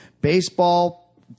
Baseball